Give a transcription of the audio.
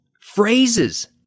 phrases